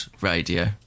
radio